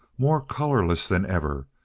more colorless than ever,